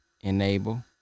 Enable